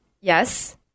yes